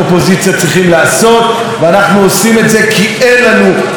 ואנחנו עושים את זה כי אין לנו אמון בממשלה הזאת.